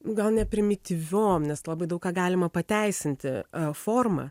gal ne primityviom nes labai daug ką galima pateisinti forma